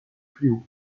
frio